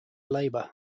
labor